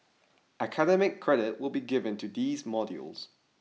academic credit will be given to these modules